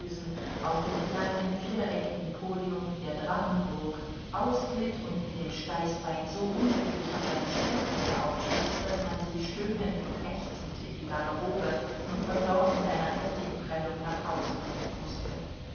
auf dem kleinen viereckigen podium der drachenburg ausglitt und mit dem steißbein so unglücklich auf eine stuhlkante aufstieß daß man sie stöhnend und ächzend in die garderobe und von dort mit einer heftigen prellung nach hause bringen mußte